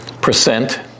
percent